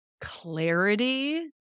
clarity